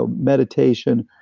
ah meditation,